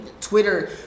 Twitter